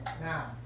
Now